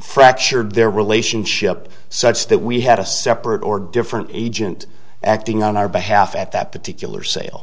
fractured their relationship such that we had a separate or different agent acting on our behalf at that particular sale